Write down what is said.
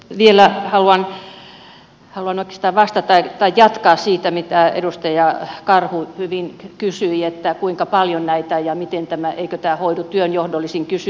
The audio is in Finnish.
vielä haluan oikeastaan vastata tai jatkaa siitä mitä edustaja karhu hyvin kysyi kuinka paljon näitä on ja eikö tämä hoidu työnjohdollisin kysymyksin